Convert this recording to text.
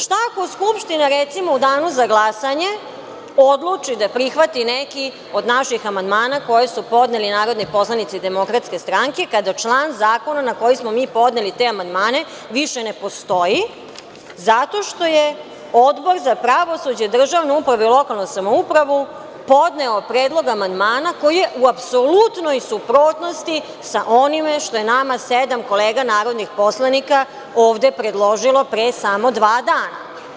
Šta ako Skupština, recimo, u danu za glasanje odluči da prihvati i neki od naših amandmana koje su podneli narodni poslanici DS, kada član zakona na koji smo mi podneli te amandmane više ne postoji zašto je Odbor za pravosuđe, državnu upravu i lokalnu samoupravu podneo predlog amandmana koji je u apsolutnoj suprotnosti sa onim što je nama sedam kolega narodnih poslanika ovde predložilo pre samo dva dana?